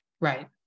Right